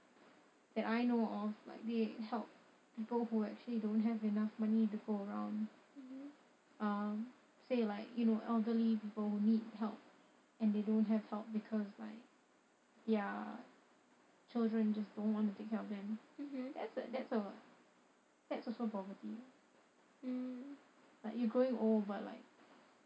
that I know of like they help people who actually don't have enough money to go around um say like you know elderly people who need help and they don't have help because like their children just don't want to take care of them that's a that's a that's also poverty like you growing old but like